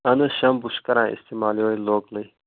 اہن حظ شَمپوٗ چھِ کران اِستعمال یِہوٚے لوکلٕے